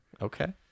Okay